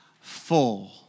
full